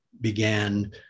began